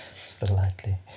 Slightly